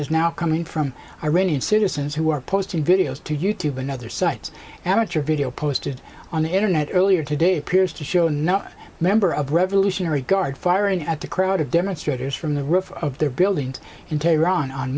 is now coming from iranian citizens who are posting videos to you tube and other sites amateur video posted on the internet earlier today appears to show no member of revolutionary guard firing at the crowd of demonstrators from the roof of their building in tehran on